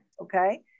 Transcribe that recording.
okay